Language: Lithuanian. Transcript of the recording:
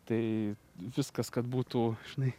tai viskas kad būtų žinai